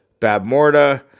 Babmorda